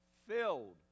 filled